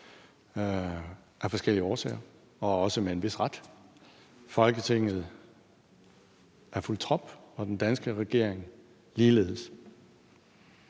af forskellige årsager og også med en vis ret. Folketinget er fulgt trop, og den danske regering ligeledes.